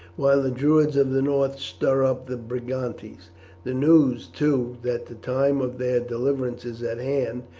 while the druids of the north stir up the brigantes the news, too, that the time of their deliverance is at hand,